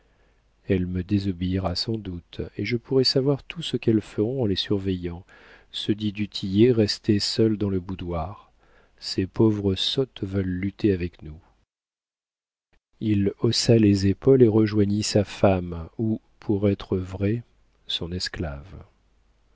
elle me désobéira sans doute et je pourrai savoir tout ce qu'elles feront en les surveillant se dit du tillet resté seul dans le boudoir ces pauvres sottes veulent lutter avec nous il haussa les épaules et rejoignit sa femme ou pour être vrai son esclave